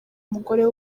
umugore